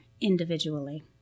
individually